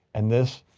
and this,